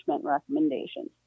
recommendations